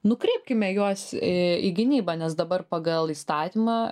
nukreipkime juos į gynybą nes dabar pagal įstatymą